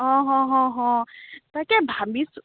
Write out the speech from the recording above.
অ হ হ হ তাকে ভাবিছোঁ